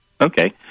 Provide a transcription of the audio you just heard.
Okay